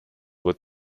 with